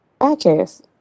podcast